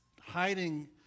hiding